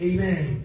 Amen